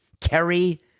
kerry